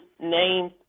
names